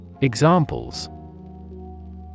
Examples